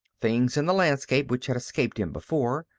things in the landscape, which had escaped him before,